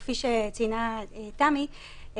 כפי שציינה תמי,